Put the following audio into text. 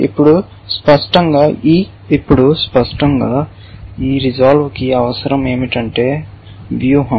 ఇప్పుడు స్పష్టంగా ఈ రిసొల్వె కి అవసరం ఏమిటంటే వ్యూహం